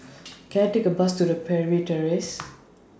Can I Take A Bus to Parry Terrace